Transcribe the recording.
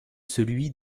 celui